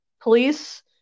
police